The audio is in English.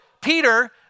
Peter